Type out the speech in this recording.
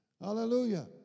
Hallelujah